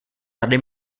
tady